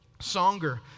Songer